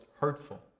hurtful